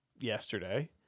yesterday